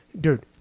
dude